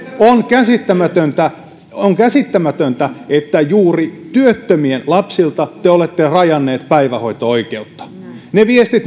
on käsittämätöntä on käsittämätöntä että juuri työttömien lapsilta te olette rajanneet päivähoito oikeutta viestejä